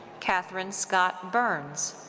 catherine scott burns.